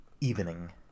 evening